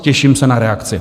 Těším se na reakci.